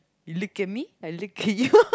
look at me I look at you